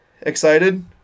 excited